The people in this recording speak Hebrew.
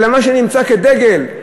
אלא מה שנמצא כדגל.